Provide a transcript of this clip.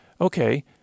okay